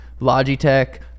Logitech